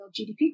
GDP